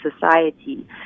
society